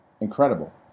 incredible